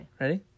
Ready